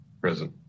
Present